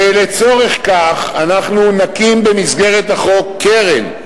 ולצורך כך אנחנו נקים במסגרת החוק קרן,